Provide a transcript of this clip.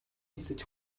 нисэж